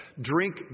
Drink